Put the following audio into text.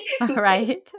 Right